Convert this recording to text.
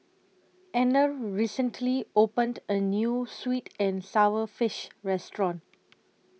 Anner recently opened A New Sweet and Sour Fish Restaurant